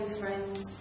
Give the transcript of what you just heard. friends